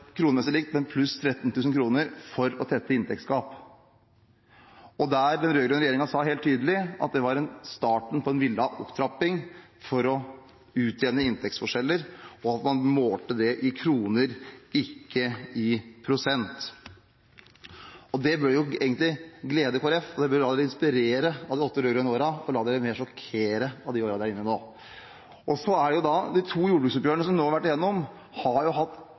kronemessig likt, men pluss 13 000 kr for å tette inntektsgap. Den rød-grønne regjeringen sa helt tydelig at det var starten på en villet opptrapping for å utjevne inntektsforskjeller, og man målte det i kroner, ikke i prosent. Dette bør egentlig glede Kristelig Folkeparti. De bør la seg inspirere av de åtte rød-grønne årene, og la seg sjokkere mer over de årene vi er inne i nå. De to jordbruksoppgjørene som vi nå har vært gjennom, har hatt